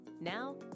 Now